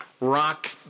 rock